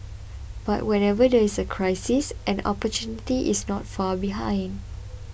but whenever there is a crisis an opportunity is not far behind